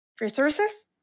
resources